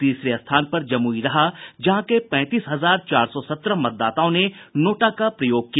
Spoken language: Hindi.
तीसरे स्थान पर जमुई रहा जहां के पैंतीस हजार चार सौ सत्रह मतदाताओं ने नोटा का प्रयोग किया